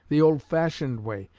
the old-fashioned way,